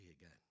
again